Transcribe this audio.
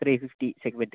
ഒരു three fifty